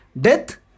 death